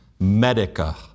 medica